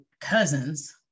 cousins